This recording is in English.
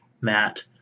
Matt